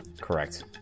correct